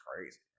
crazy